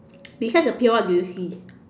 beside the pail what do you see